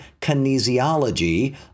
kinesiology